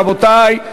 רבותי.